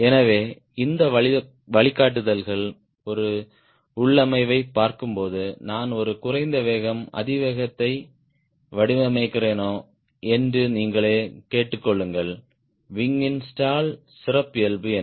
எனவே இந்த வழிகாட்டுதல்கள் ஒரு உள்ளமைவைப் பார்க்கும்போது நான் ஒரு குறைந்த வேகம் அதிவேகத்தை வடிவமைக்கிறேனா என்று நீங்களே கேட்டுக்கொள்ளுங்கள் விங்யின் ஸ்டால் சிறப்பியல்பு என்ன